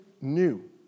new